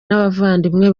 n’abavandimwe